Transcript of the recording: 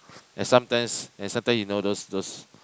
then sometimes then sometimes you know those those